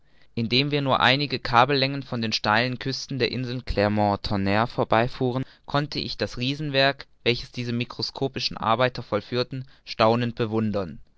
indem wir nur einige kabellängen weit von den steilen küsten der insel clermont tonnre vorüberfuhren konnte ich das riesewerk welches diese mikroskopischen arbeiter vollführten staunend bewundern